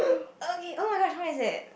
okay oh-my-gosh how many is that